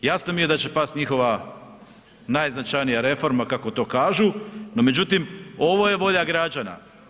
Jasno mi je da će past njihova najznačajnija reforma kako to kažu, no međutim ovo je volja građana.